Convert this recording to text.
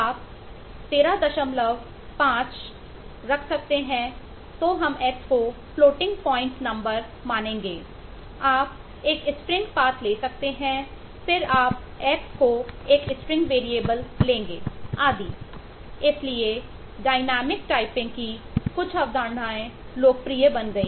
आप 135 रख सकते हैं हम x को फ्लोटिंग पॉइंट नंबर की कुछ अवधारणाएँ लोकप्रिय बन गई